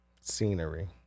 Scenery